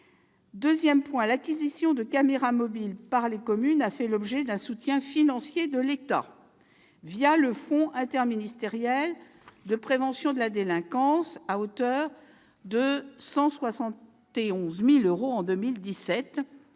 Deuxièmement, l'acquisition de caméras mobiles par les communes a fait l'objet d'un soutien financier de l'État, via le Fonds interministériel de prévention de la délinquance, à hauteur de 171 000 euros en 2017-